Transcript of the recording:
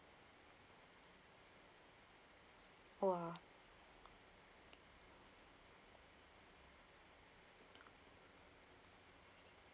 !wah!